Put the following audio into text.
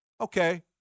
okay